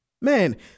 Man